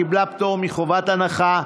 קיבלה פטור מחובת הנחה,